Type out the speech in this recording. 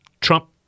Trump